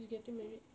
he's getting married